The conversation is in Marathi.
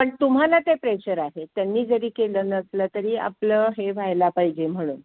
पण तुम्हाला ते प्रेशर आहे त्यांनी जरी केलं नसलं तरी आपलं हे व्हायला पाहिजे म्हणून